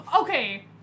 Okay